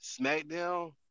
Smackdown